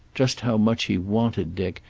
just how much he wanted dick,